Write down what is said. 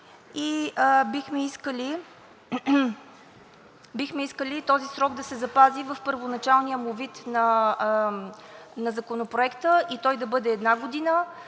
и бихме искали този срок да се запази в първоначалния вид на Законопроекта и той да бъде една година,